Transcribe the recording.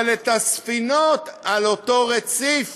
אבל את הספינות על אותו רציף